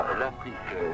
l'Afrique